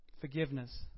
Forgiveness